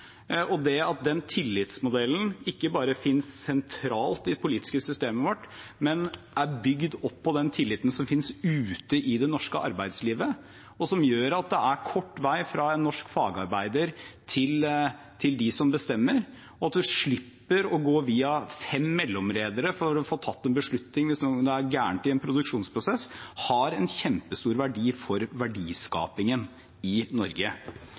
og det at den tillitsmodellen ikke bare finnes sentralt i det politiske systemet vårt, men er bygd opp på den tilliten som finnes ute i det norske arbeidslivet, og som gjør at det er kort vei fra en norsk fagarbeider til dem som bestemmer, og at man slipper å gå via fem mellomledere for å få tatt en beslutning hvis det er noe galt i en produksjonsprosess, har en kjempestor verdi for verdiskapingen i Norge.